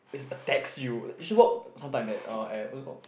it's you should work sometime uh at what's it called